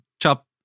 chop